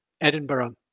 Edinburgh